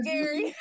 Gary